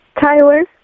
Tyler